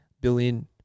billion